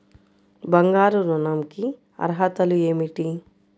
బంగారు ఋణం కి అర్హతలు ఏమిటీ?